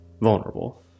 vulnerable